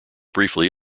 briefly